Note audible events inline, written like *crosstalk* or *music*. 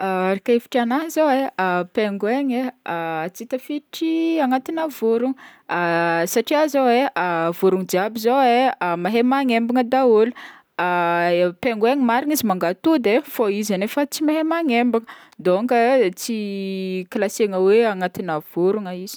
*hesitation* Araka hevitr'agnahy zao e, *hesitation* pinguoin tsy tafiditry agnatina vorogno satria zao e *hesitation* vorogno jiaby zao e mahay magnembana daholo *hesitation* pinguoin marigny izy mangatody fô izy nefa tsy mahay magnembana, donc tsy classegna agnatina vorogno izy.